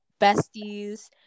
besties